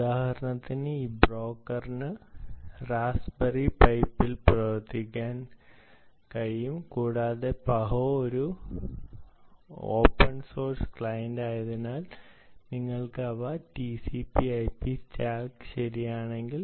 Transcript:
ഉദാഹരണത്തിന് ഈ ബ്രോക്കറിന് റാസ്ബെറി പൈപ്പിൽ പ്രവർത്തിപ്പിക്കാൻ കഴിയും കൂടാതെ പഹോ ഒരു ഓപ്പൺ സോഴ്സ് ക്ലയന്റായതിനാൽ നിങ്ങൾക്ക് അവ ടിസിപി ഐപി സ്റ്റാക്ക് ശരിയാണെങ്കിൽ